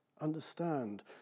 understand